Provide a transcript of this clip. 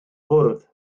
bwrdd